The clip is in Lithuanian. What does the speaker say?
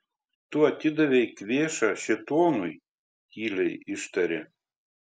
tu atidavei kvėšą šėtonui tyliai ištarė